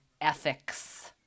ethics